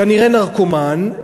כנראה נרקומן,